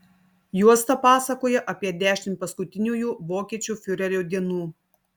juosta pasakoja apie dešimt paskutiniųjų vokiečių fiurerio dienų